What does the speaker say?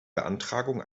beantragung